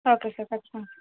okay sir ఖచ్చితంగా